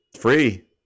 free